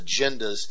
agendas